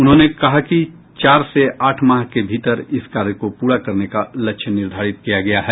उन्होंने कहा कि चार से आठ माह के भीतर इस कार्य को पूरा करने का लक्ष्य निर्धारित किया गया है